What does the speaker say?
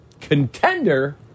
contender